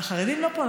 החרדים לא פה.